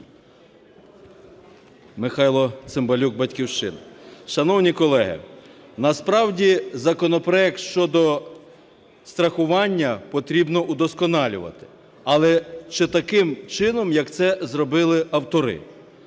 Михайло Цимбалюк, "Батьківщина". Шановні колеги, насправді законопроект щодо страхування потрібно вдосконалювати, але чи таким чином, як це зробили автори.